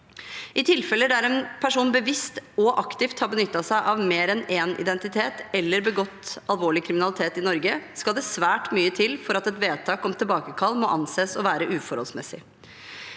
I tilfeller der en person bevisst og aktivt har benyttet seg av mer enn én identitet eller har begått alvorlig kri minalitet i Norge, skal det svært mye til for at et vedtak om tilbakekall kan anses å være uforholdsmessig.